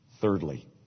Thirdly